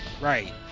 Right